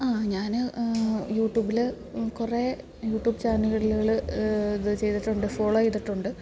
ആ ഞാൻ യൂട്യൂബിൽ കുറേ യൂട്യൂബ് ചാനലുകൾ ഇത് ചെയ്തിട്ടുണ്ട് ഫോളോ ചെയ്തിട്ടുണ്ട്